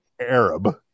Arab